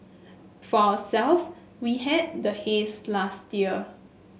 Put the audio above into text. for selves we had the haze last year